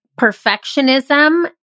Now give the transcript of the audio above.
perfectionism